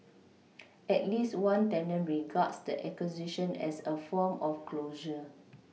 at least one tenant regards the acquisition as a form of closure